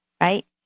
right